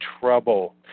trouble